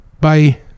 Bye